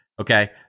okay